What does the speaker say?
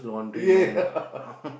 yeah